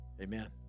Amen